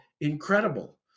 incredible